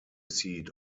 seat